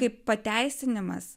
kaip pateisinimas